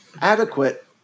adequate